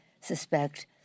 suspect